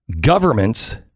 Governments